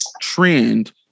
trend